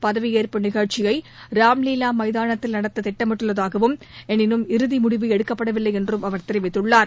பதவியேற்பு நிகழ்ச்சியை ராம்லீலா மைதானத்தில் நடத்த திட்டமிட்டுள்ளதாகவும் எளினும் இறுதி முடிவு எடுக்கப்படவில்லை என்றும் அவர் தெரிவித்துள்ளார்